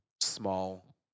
small